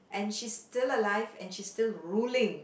and she's still alive and she's still ruling